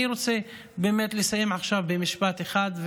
אני רוצה לסיים עכשיו במשפט אחד,